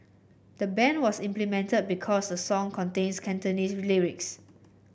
the ban was implemented because the song contains Cantonese lyrics